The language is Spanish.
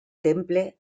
temple